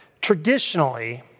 Traditionally